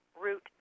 route